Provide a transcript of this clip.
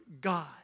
God